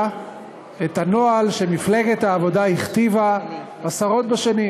את הנוהל שמפלגת העבודה הכתיבה עשרות בשנים.